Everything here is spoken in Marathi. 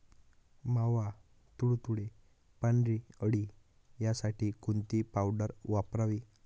मावा, तुडतुडे, पांढरी अळी यासाठी कोणती पावडर वापरावी?